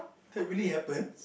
that really happened